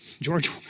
George